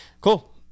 Cool